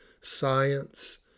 science